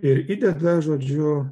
ir įdeda žodžiu